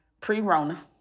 pre-Rona